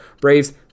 Braves